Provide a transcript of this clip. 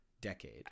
decade